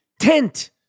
Tent